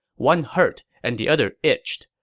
one hurt, and the other itched.